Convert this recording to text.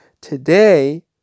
Today